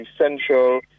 essential